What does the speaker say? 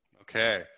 Okay